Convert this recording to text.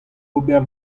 ober